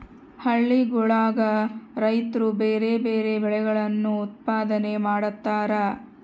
ಹಳ್ಳಿಗುಳಗ ರೈತ್ರು ಬ್ಯಾರೆ ಬ್ಯಾರೆ ಬೆಳೆಗಳನ್ನು ಉತ್ಪಾದನೆ ಮಾಡತಾರ